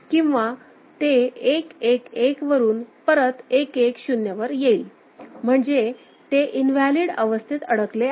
किंवा ते 1 1 1 वरुन परत 1 1 0 वर येईल म्हणजे ते इनव्हॅलिड अवस्थेत अडकले आहे